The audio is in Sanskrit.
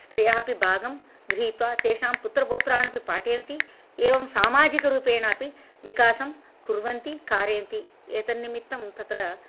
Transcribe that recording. स्त्रियः अपि भागं गृहीत्वा तेषां पुत्रपौत्रानपि पाठयति एवं सामाजिकरूपेण अपि विकासं कुर्वन्ति कारयन्ति एतन्निमित्तं तत्र